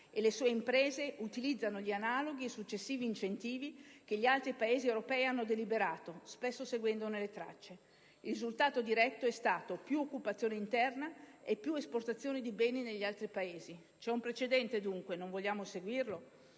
e le sue imprese utilizzano gli analoghi e successivi incentivi che gli altri Paesi europei hanno deliberato, spesso seguendone le tracce. Il risultato diretto è stato più occupazione interna e più esportazione di beni negli altri Paesi. C'è un precedente, dunque. Non vogliamo seguirlo?